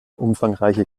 umfangreiche